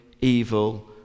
evil